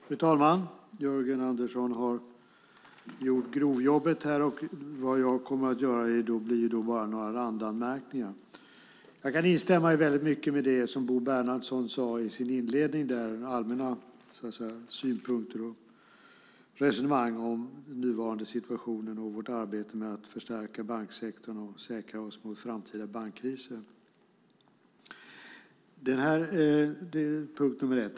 Fru talman! Jörgen Andersson har gjort grovjobbet här, och vad jag kommer att göra blir att göra några randanmärkningar. Jag kan instämma i mycket av det som Bo Bernhardsson sade i sin inledning - allmänna synpunkter och resonemang om nuvarande situation, vårt arbete att förstärka banksektorn och säkra oss mot framtida bankkriser. Det är det första.